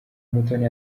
mutoni